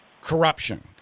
corruption